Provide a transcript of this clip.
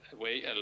away